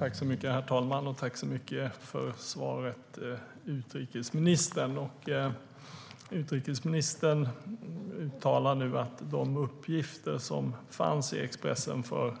Herr talman! Tack för svaret, utrikesministern! Utrikesministern uttalar att de uppgifter som fanns i Expressen för